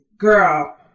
Girl